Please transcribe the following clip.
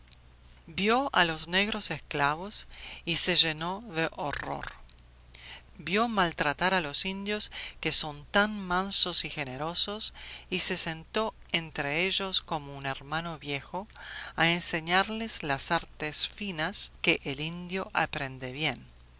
vio a los negros esclavos y se llenó de horror vio maltratar a los indios que son tan mansos y generosos y se sentó entre ellos como un hermano viejo a enseñarles las artes finas que el indio aprende bien